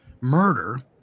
murder